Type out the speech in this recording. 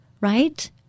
Right